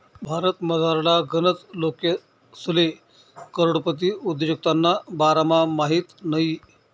भारतमझारला गनच लोकेसले करोडपती उद्योजकताना बारामा माहित नयी